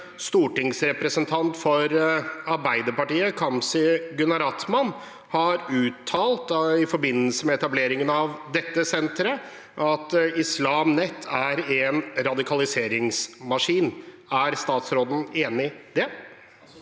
stortingsrepresentant for Arbeiderpartiet, har i forbindelse med etableringen av dette senteret uttalt at Islam Net er en radikaliseringsmaskin. Er statsråden enig i det?